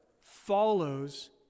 follows